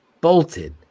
bolted